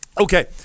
okay